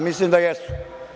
Mislim da jesu.